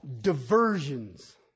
diversions